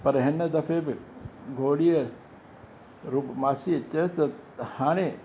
पर हिन दफ़े बि घोड़ीअ रूप मासीअ चयेसि त हाणे